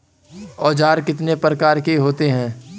औज़ार कितने प्रकार के होते हैं?